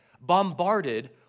bombarded